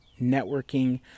networking